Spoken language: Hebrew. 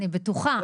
אני בטוחה.